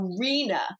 arena